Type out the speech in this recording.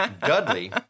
Dudley